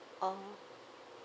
oh